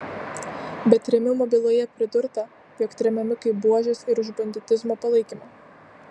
bet trėmimo byloje pridurta jog tremiami kaip buožės ir už banditizmo palaikymą